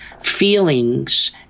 feelings